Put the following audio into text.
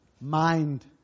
mind